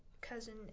cousin